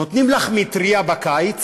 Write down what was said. נותנים לך מטרייה בקיץ